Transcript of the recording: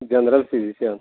general physician